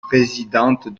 présidente